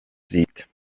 siegt